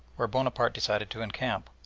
where bonaparte decided to encamp.